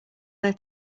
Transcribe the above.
there